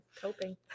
coping